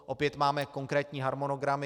Opět máme konkrétní harmonogramy.